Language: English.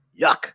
yuck